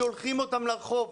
שולחים אותם לרחוב.